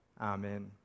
Amen